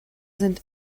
sind